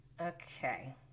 Okay